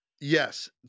Yes